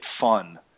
fun